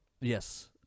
Yes